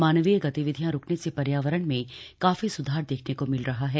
मानवीय गतिविधियां रुकने से पर्यावरण में काफी स्धार देखने को मिल रहा है